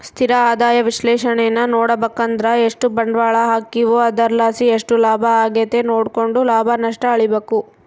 ಸ್ಥಿರ ಆದಾಯ ವಿಶ್ಲೇಷಣೇನಾ ನೋಡುಬಕಂದ್ರ ಎಷ್ಟು ಬಂಡ್ವಾಳ ಹಾಕೀವೋ ಅದರ್ಲಾಸಿ ಎಷ್ಟು ಲಾಭ ಆಗೆತೆ ನೋಡ್ಕೆಂಡು ಲಾಭ ನಷ್ಟ ಅಳಿಬಕು